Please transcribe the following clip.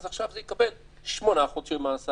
אז עכשיו הוא יקבל 8 חודשי מאסר,